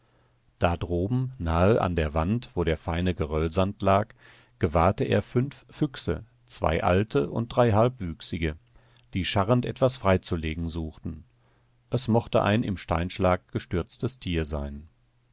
da droben nah an der wand wo der feine geröllsand lag gewahrte er fünf füchse zwei alte und drei halbwüchsige die scharrend etwas freizulegen suchten es mochte ein im steinschlag gestürztes tier sein